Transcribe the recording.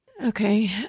Okay